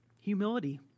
humility